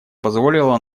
позволило